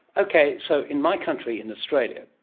okay, so in my country, in australia,